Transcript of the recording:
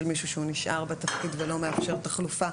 מישהו שהוא נשאר בתפקיד ולא מאפשר תחלופה.